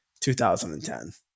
2010